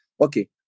okay